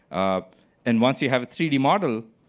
and once you have three d model,